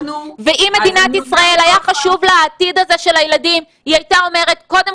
ואם למדינת ישראל היה חשוב העתיד הזה של הילדים היא הייתה אומרת קודם